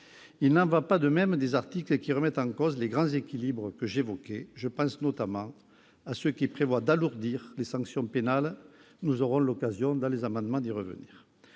Il n'en va pas de même des articles qui remettent en cause les grands équilibres que j'évoquais. Je pense, notamment, à ceux qui prévoient d'alourdir les sanctions pénales- nous aurons l'occasion d'y revenir